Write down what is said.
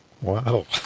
Wow